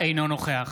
אינו נוכח